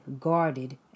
guarded